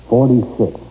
Forty-six